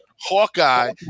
Hawkeye